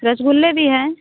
रसगुल्ले भी हैं